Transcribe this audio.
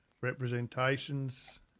representations